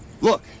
Look